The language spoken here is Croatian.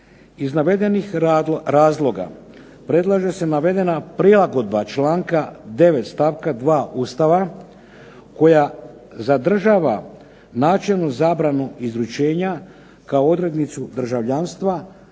Iz navedenih razloga predlaže se navedena prilagodba članka 9. stavka 2. Ustava koja zadržava načelnu zabranu izvršenja kao odrednicu državljanstva